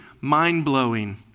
mind-blowing